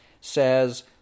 says